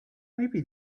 maybe